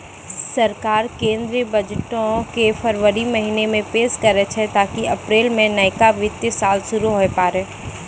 सरकार केंद्रीय बजटो के फरवरी महीना मे पेश करै छै ताकि अप्रैल मे नयका वित्तीय साल शुरू हुये पाड़ै